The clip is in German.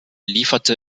lieferte